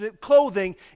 clothing